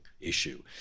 issue